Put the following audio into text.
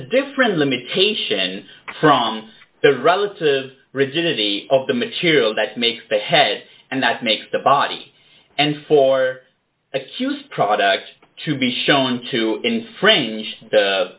different limitation from the relative rigidity of the material that makes the head and that makes the body and for accused products to be shown to infringe